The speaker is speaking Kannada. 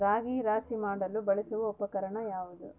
ರಾಗಿ ರಾಶಿ ಮಾಡಲು ಬಳಸುವ ಉಪಕರಣ ಯಾವುದು?